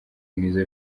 mwiza